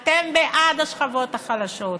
שאתם בעד השכבות החלשות.